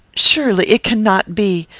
surely it cannot be.